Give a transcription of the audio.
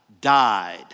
Died